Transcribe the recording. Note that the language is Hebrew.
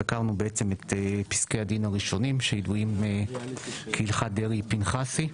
סקרנו את פסקי הדין הראשונים שידועים כהלכת דרעי-פנחסי,